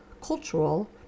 cultural